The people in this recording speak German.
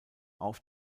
auf